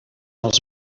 els